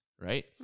right